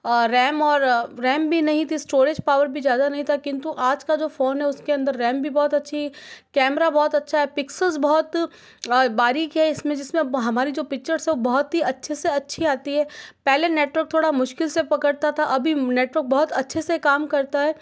RAM और RAM भी नहीं थी स्टोरेज़ पावर भी ज़्यादा नहीं था किंतु आज का जो फ़ोन है उसके अंदर रैम भी बहुत अच्छी कैमरा बहुत अच्छा है पिक्सल्स बहुत बारीक है इसमें जिसमें हमारी जो पिक्चर्स है बहुत ही अच्छे से अच्छी आती है पहले नेटवर्क थोड़ा मुश्किल से पकड़ता था अभी नेटवर्क बहुत अच्छे से काम करता है